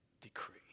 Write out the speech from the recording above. decree